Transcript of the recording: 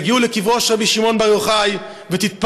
תגיעו לקברו של רבי שמעון בר-יוחאי ותתפללו,